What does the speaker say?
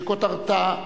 שכותרתה: